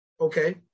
Okay